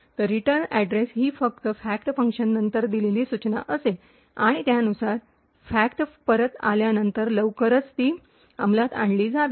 तर return address ही फक्त फॅक्ट फंक्शननंतर दिलेली सूचना असेल आणि त्यानुसार फॅक्ट परत आल्यानंतर लवकरच ती अंमलात आणली जावी